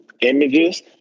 images